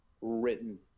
written